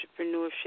entrepreneurship